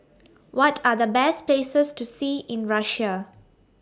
What Are The Best Places to See in Russia